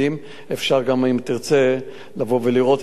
אם תרצה, אפשר לבוא ולראות את זה בעיניים.